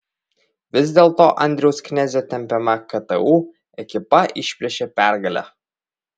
vis dėlto andriaus knezio tempiama ktu ekipa išplėšė pergalę